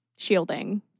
shielding